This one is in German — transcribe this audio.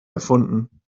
erfunden